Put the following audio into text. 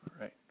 Right